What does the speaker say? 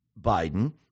Biden